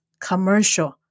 commercial